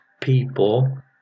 people